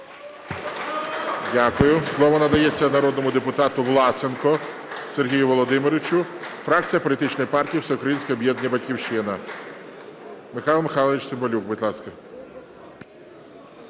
Дякую. Слово надається народному депутату Власенку Сергію Володимировичу, фракція політичної партії Всеукраїнське об'єднання "Батьківщина". Михайло Михайлович Цимбалюк, будь ласка.